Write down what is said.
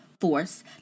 force